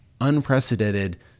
unprecedented